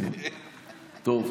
טוב,